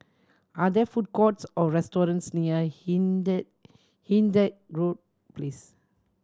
are there food courts or restaurants near Hindhede Hindhede Road Place